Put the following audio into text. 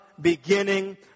beginning